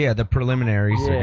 yeah the preliminaries